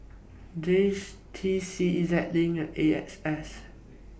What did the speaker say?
J T C Ez LINK and A X S